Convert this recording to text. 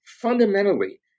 fundamentally